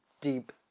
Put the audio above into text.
deep